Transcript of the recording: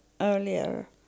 earlier